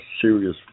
serious